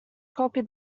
copy